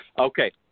Okay